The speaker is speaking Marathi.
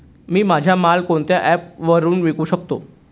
मी माझा माल कोणत्या ॲप वरुन विकू शकतो?